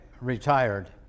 retired